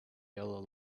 yellow